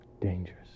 Dangerous